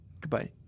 Goodbye